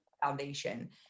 foundation